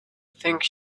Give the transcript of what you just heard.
think